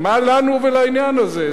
מה לנו ולעניין הזה?